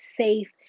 safe